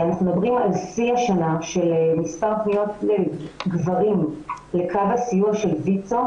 אנחנו מדברים על שיא השנה של מספר פניות של גברים לקו הסיוע של ויצ"ו,